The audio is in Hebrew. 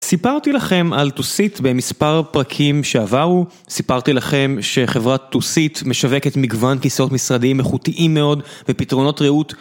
סיפרתי לכם על טוסיט במספר פרקים שעברו, סיפרתי לכם שחברת טוסיט משווקת מגוון כיסאות משרדיים איכותיים מאוד ופתרונות ריהוט.